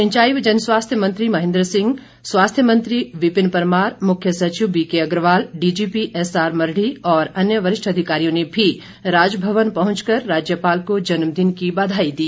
सिंचाई व जनस्वास्थ्य मंत्री महेन्द्र सिंह स्वास्थ्य मंत्री विपिन परमाार मुख्य सचिव बीके अग्रवाल डीजीपी एसआरमरढ़ी और अन्य वरिष्ठ अधिकारियों ने भी राजभवन पहुंचकर राज्यपाल को जन्मदिन की बधाई दी